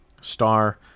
star